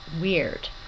weird